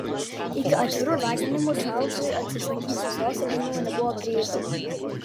iki atvirų raginimų čarlzui atsisakyti sosto žinoma nebuvo prieita